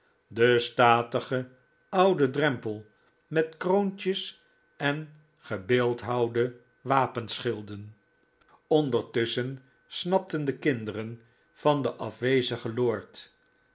den statigen ouden drempel met kroontjes en gebeeldhouwde wapenschilden ondertusschen snapten de kinderen van den afwezigen lord